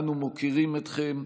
אנו מוקירים אתכם,